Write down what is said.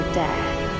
death